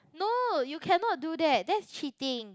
no you cannot do that that's cheating